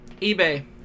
eBay